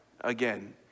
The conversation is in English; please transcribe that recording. again